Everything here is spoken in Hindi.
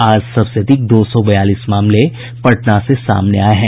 आज सबसे अधिक दो सौ बयालीस मामले पटना से सामने आये हैं